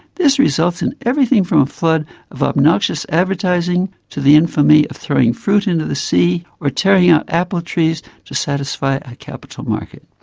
this results in everything from a flood of obnoxious advertising to the infamy of throwing fruit into the sea, or tearing out apple trees to satisfy a capital market.